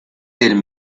del